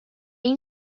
این